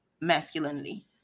masculinity